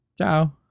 ciao